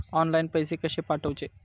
Online पैसे कशे पाठवचे?